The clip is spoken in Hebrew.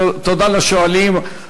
תודה לשואלים,